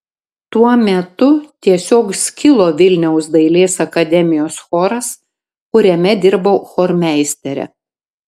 tuo metu tiesiog skilo vilniaus dailės akademijos choras kuriame dirbau chormeistere